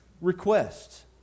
requests